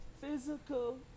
Physical